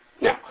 Now